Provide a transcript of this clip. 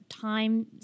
time